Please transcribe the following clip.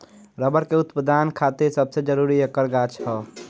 rubber के उत्पदान खातिर सबसे जरूरी ऐकर गाछ ह